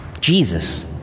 Jesus